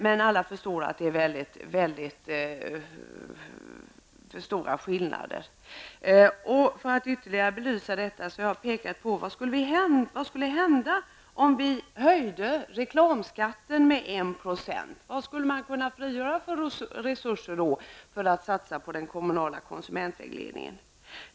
Men alla förstår att skillnaderna är alldeles för stora i det sammanhanget. För att ytterligare belysa detta har jag ett par frågor: Vad skulle hända om reklamskatten höjdes med 1 %? Vilka resurser skulle man då kunna frigöra för satsningar på lokal konsumentvägledning?